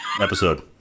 episode